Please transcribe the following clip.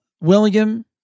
William